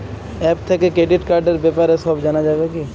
App থেকে credit কার্ডর ব্যাপারে সব জানা যাবে কি?